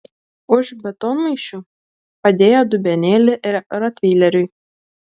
už betonmaišių padėjo dubenėlį rotveileriui